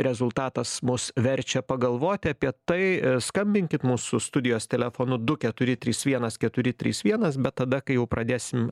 rezultatas mus verčia pagalvoti apie tai skambinkit mūsų studijos telefonu du keturi trys vienas keturi trys vienas bet tada kai pradėsim